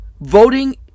Voting